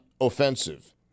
offensive